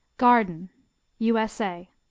garden u s a.